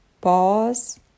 pause